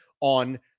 on